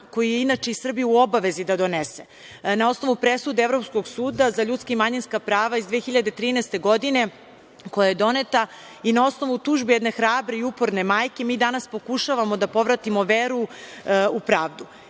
koji je inače Srbija u obavezi da donese. Na osnovu presude Evropskog suda za ljudska i manjinska prava iz 2013. godine koja je doneta i na osnovu tužbe jedne hrabre i uporne majke mi danas pokušavamo da povratimo veru u pravdu.